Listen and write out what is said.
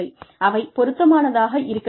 அவை பொருத்தமானதாக இருக்க வேண்டும்